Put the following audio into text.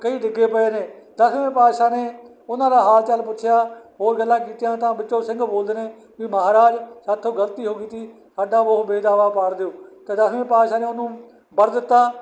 ਕਈ ਡਿੱਗੇ ਪਏ ਨੇ ਦਸਵੇਂ ਪਾਤਸ਼ਾਹ ਨੇ ਉਹਨਾਂ ਦਾ ਹਾਲ ਚਾਲ ਪੁੱਛਿਆ ਹੋਰ ਗੱਲਾਂ ਕੀਤੀਆਂ ਤਾਂ ਵਿੱਚੋਂ ਸਿੰਘ ਬੋਲਦੇ ਨੇ ਵੀ ਮਹਾਰਾਜ ਸਾਡੇ ਤੋਂ ਗਲਤੀ ਹੋ ਗਈ ਸੀ ਸਾਡਾ ਉਹ ਬੇਦਾਵਾ ਪਾੜ ਦਿਓ ਅਤੇ ਦਸਵੇਂ ਪਾਤਸ਼ਾਹ ਨੇ ਉਹਨੂੰ ਵਰ ਦਿੱਤਾ